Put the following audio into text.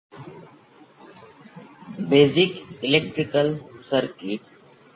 હવે આપણી પાસે આ છે બીજી ઓર્ડરની સિસ્ટમનું તદ્દન સંપૂર્ણ રીતે વિશ્લેષણ કરો